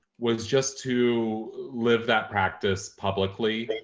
was just to live that practice publicly,